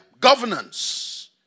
Governance